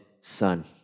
Son